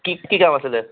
কি কি কাম আছিলে